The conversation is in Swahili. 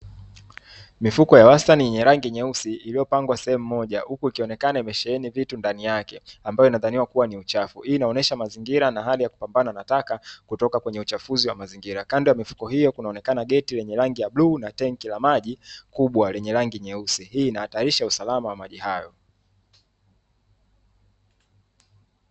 Mifuko ya wastani yebnye rangi nyeusi iliyopangwa sehemu moja huku ikionekana imesheeni vitu ndani yake, ambayo vinazaniwa kuwa ni uchafu hii inaonyesha mazingira na hali jinsi ya kupambana na taka kutoka kwenye uchafuzi wa mazingira kando, yake kunaonekana geti lenye rangi ya bluu na tenki la maji kubwa lenye rangi nyeusi hii ina hatarisha usalama wa maji hayo.